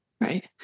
Right